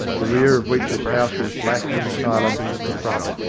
the rear of weech's house was black and silent as the front.